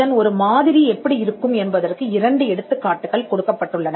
இதன் ஒரு மாதிரி எப்படி இருக்கும் என்பதற்கு இரண்டு எடுத்துக்காட்டுகள் கொடுக்கப்பட்டுள்ளன